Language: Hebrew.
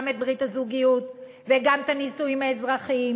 גם את ברית הזוגיות וגם את הנישואים האזרחיים,